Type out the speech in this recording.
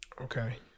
Okay